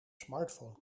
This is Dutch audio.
smartphone